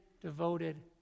devoted